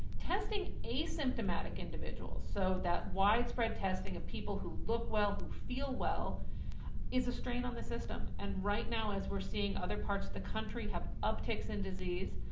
testing asymptomatic individuals so that widespread testing of people who well feel well is a strain on the system and right now as we're seeing other parts of the country have uptakes in disease,